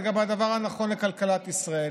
זה גם הדבר הנכון לכלכלת ישראל,